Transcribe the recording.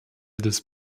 des